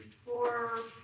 four,